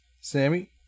Sammy